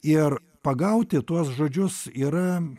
ir pagauti tuos žodžius yra